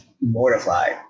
mortified